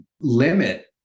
limit